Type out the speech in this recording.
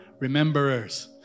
rememberers